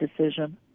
decision